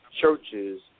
churches